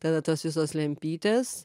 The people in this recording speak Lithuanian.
tada tos visos lempytės